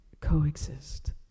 coexist